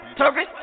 turkey